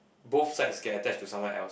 both sides get attached to someone else